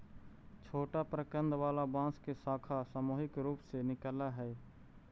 छोटा प्रकन्द वाला बांस के शाखा सामूहिक रूप से निकलऽ हई